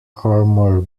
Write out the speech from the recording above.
armor